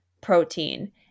protein